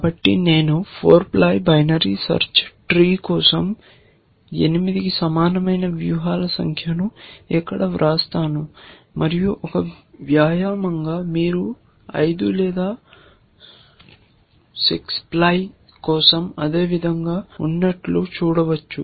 కాబట్టి నేను 4 ply binary search tree కోసం 8 కి సమానమైన వ్యూహాల సంఖ్యను ఇక్కడ వ్రాస్తాను మరియు ఒక వ్యాయామంగా మీరు 5 లేదా 6 ప్లై కోసం అదే విధంగా ఉన్నట్లు చూడవచ్చు